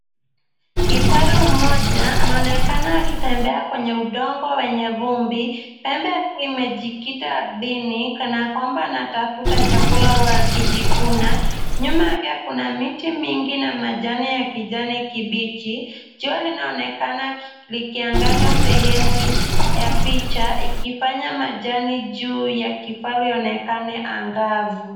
Kifaru mmoja anaonekana akitembea kwenye udongo wenye vumbi. Pembe zake zimejikita ardhini kana kwamba anatafuta chakula au akijikuna. Nyuma yake kuna miti mingi na majani ya kijani kibichi. Jua linaonekana likiangaza sehemu ya picha ikifanya majani juu ya kifaru ionekane angavu.